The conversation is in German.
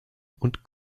und